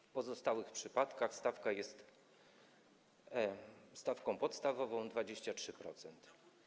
W pozostałych przypadkach stosowana jest stawka podstawowa - 23%.